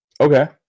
Okay